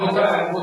הבנתי, גלעד ארדן.